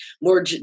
more